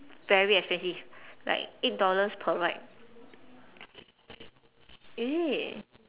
very expensive like eight dollars per ride is it